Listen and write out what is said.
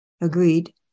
Agreed